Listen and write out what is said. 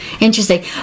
interesting